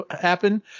happen